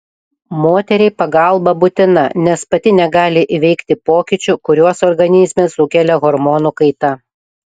moteriai pagalba būtina nes pati negali įveikti pokyčių kuriuos organizme sukelia hormonų kaita